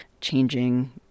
changing